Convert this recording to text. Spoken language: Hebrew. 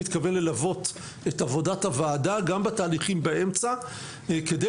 מתכוון ללוות את עבודת הוועדה גם בתהליכים באמצע כדי